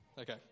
Okay